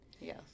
yes